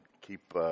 keep